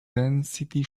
density